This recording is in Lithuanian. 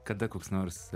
kada koks nors